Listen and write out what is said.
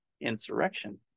insurrection